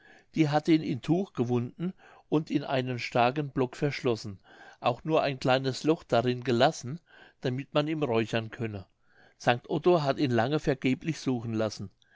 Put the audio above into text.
die hat ihn in ein tuch gewunden und in einen starken block verschlossen auch nur ein kleines loch darin gelassen damit man ihm räuchern könne st otto hat ihn lange vergeblich suchen lassen